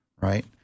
right